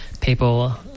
people